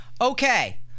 okay